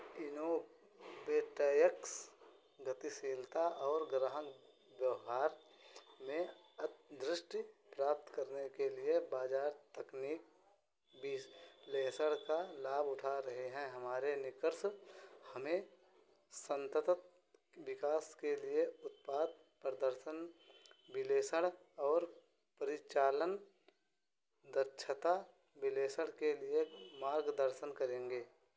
इनो BetaX गतिशीलता और व्यवहार में अंतर्दृष्टि प्राप्त करने के लिए बाजार तकनीक विश्लेषण का लाभ उठा रहे हैं हमारे निकर्स हमें संततत विकास के लिए उत्पाद प्रदर्शन विश्लेषण और परिचालन दच्छता विश्लेषण के लिए मार्गदर्शन करेंगे